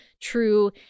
true